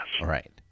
Right